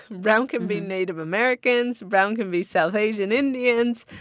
brown can be native americans. brown can be south asian indians.